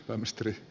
anteeksi